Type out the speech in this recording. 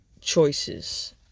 choices